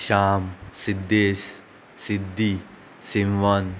Shyam Siddhesh Siddhi Simant